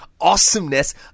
awesomeness